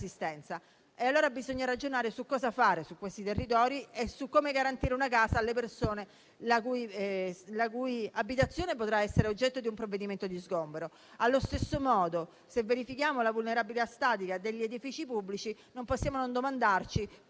Bisogna dunque ragionare su cosa fare su questi territori e su come garantire una casa alle persone la cui abitazione potrà essere oggetto di un provvedimento di sgombero. Allo stesso modo, se verifichiamo la vulnerabilità statica degli edifici pubblici, non possiamo non domandarci